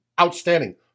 outstanding